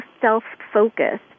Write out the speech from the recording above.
self-focused